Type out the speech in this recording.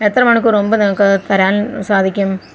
എത്ര മണിക്കൂർ മുമ്പ് നിങ്ങൾക്ക് തരാൻ സാധിക്കും